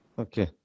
Okay